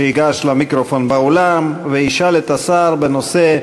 שייגש למיקרופון באולם וישאל את השר בנושא: